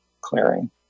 clearing